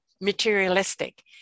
materialistic